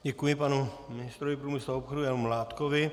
Děkuji panu ministrovi průmyslu a obchodu Janu Mládkovi.